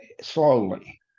slowly